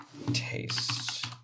taste